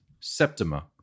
Septima